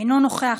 אינו נוכח,